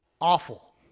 awful